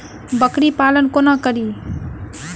बकरी पालन कोना करि?